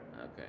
Okay